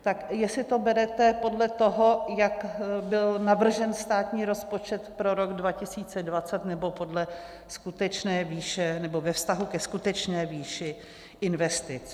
Tak jestli to berete podle toho, jak byl navržen státní rozpočet pro rok 2020, nebo podle skutečné výše, nebo ve vztahu ke skutečné výši investic.